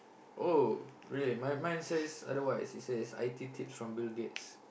oh really mine mine says otherwise it says I_T tips from Bill-Gates